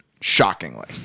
shockingly